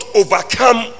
overcome